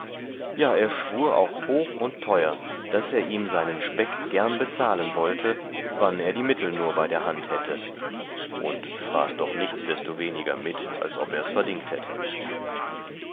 ja er schwur auch hoch und teur daß er ihm seinen speck gern bezahlen wollte wann er die mittel nur bei der hand hätte und fraß doch nichtsdestoweniger mit als ob ers verdingt hätte